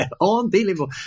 Unbelievable